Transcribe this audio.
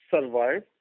survive